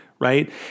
right